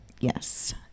yes